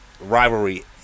rivalry